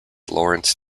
lawrence